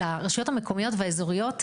לרשויות המקומיות והאזוריות,